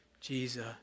Jesus